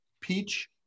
peach